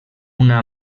una